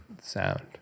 sound